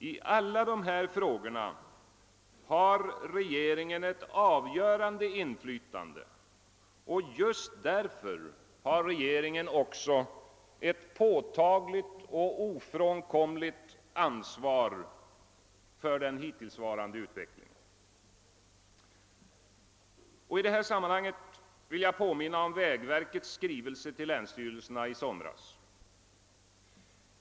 I alla dessa frågor har regeringen ett avgörande inflytande, och just därför har regeringen också ett påtagligt och ofrånkomligt ansvar för den hittillsvarande utvecklingen. I detta sammanhang vill jag påminna om vägverkets skrivelse till länsstyreiserna i somras.